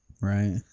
Right